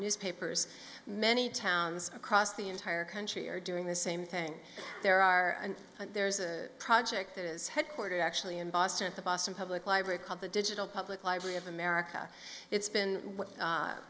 newspapers many towns across the entire country are doing the same thing there are and there's a project that is headquartered actually in boston at the boston public library called the digital public library of america it's been